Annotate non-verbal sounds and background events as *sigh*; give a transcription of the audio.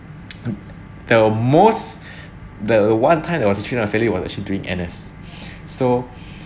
*noise* the most *breath* the one time I was treating unfairly was actually doing N_S *breath* so *breath*